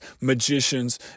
magicians